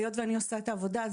היות ואני עושה את העבודה,